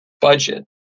budget